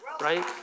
Right